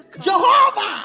Jehovah